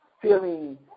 feeling